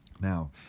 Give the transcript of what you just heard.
Now